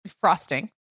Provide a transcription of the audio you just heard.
frosting